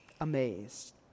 Amazed